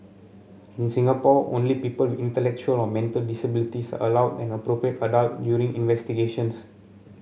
in Singapore only people intellectual or mental disabilities are allowed an appropriate adult during investigations